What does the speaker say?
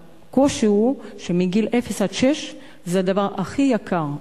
והקושי הוא שמגיל אפס עד גיל שש זה הדבר הכי יקר.